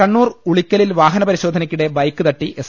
കണ്ണൂർ ഉളിക്കലിൽ വാഹനപരിശോധനക്കിടെ ബൈക്ക് തട്ടി എസ്